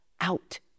out